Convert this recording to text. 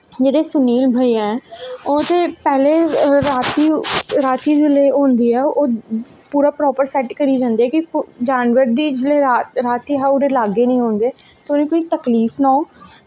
जेह्ड़े सुनील भाईया ऐं ओह् ते पैह्लें राती जिसलै होंदी ऐ फिर ओह् प्रापर सैट करियै जांदे कि जानवर राती उदे लाग्गे नी आंदे क्योंकि तकलीफ ना हो